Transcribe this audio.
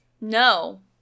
No